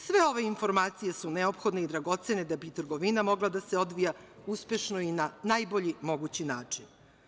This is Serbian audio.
Sve ove informacije su neophodne i dragocene da bi trgovina mogla da se odvija uspešno i na najbolji mogući način.